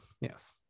Yes